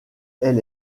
elle